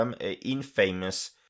infamous